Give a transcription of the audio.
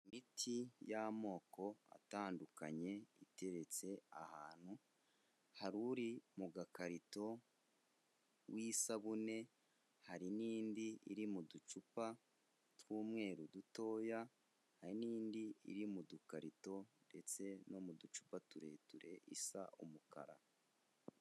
Imiti y'amoko atandukanye, iteretse ahantu, hari uri mu gakarito w'isabune, hari n'indi iri mu ducupa tw'umweru dutoya, hari n'indi iri mu dukarito ndetse no mu ducupa tureture isa umukara.